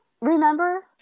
Remember